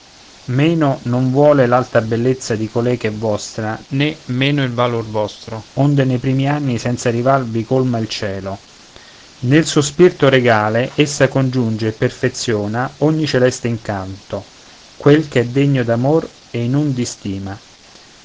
meno non vuole l'alta bellezza di colei ch'è vostra né meno il valor vostro onde nei primi anni senza rival vi colma il cielo nel suo spirto regale essa congiunge e perfeziona ogni celeste incanto quel ch'è degno d'amor e in un di stima